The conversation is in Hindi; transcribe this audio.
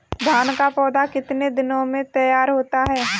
धान का पौधा कितने दिनों में तैयार होता है?